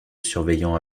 surveillant